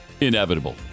inevitable